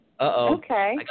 Okay